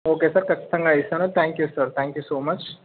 okay sir ఖచ్చితంగా ఇస్తాను thank you sir thank you so much